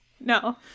No